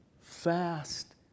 fast